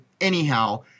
Anyhow